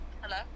Hello